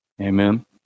Amen